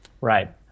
Right